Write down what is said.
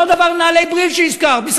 והוא נפתח, ואנחנו העברנו כסף.